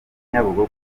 nyabugogo